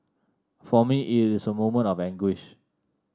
for me it is a moment of anguish